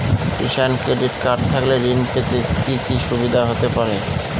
কিষান credit card থাকলে ঋণ পেতে কি কি সুবিধা হতে পারে?